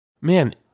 man